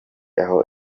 aho